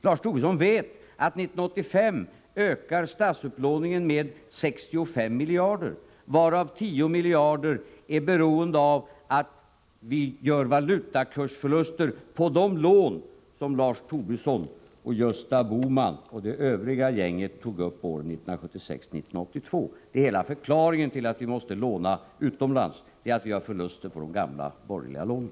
Lars Tobisson vet att statsupplåningen 1985 ökar med 65 miljarder, varav 10 miljarder beror på att vi gör valutakursförluster på de lån som Lars Tobisson, Gösta Bohman och det Övriga gänget tog upp åren 1976-1982. Hela förklaringen till att vi måste låna utomlands är att vi gör förluster på de gamla borgerliga lånen.